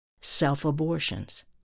self-abortions